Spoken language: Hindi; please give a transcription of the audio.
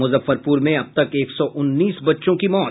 मुजफ्फरपुर में अब तक एक सौ उन्नीस बच्चों की मौत